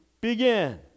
Begin